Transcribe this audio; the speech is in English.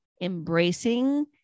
embracing